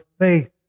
Faith